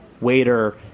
waiter